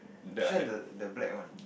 share the the black one